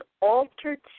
altered